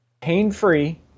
pain-free